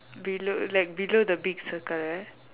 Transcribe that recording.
below like below the big circle right